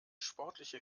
sportliche